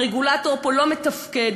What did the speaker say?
הרגולטור פה לא מתפקד,